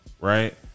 Right